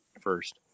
first